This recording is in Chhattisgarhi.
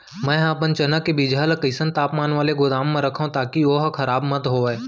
मैं अपन चना के बीजहा ल कइसन तापमान वाले गोदाम म रखव ताकि ओहा खराब मत होवय?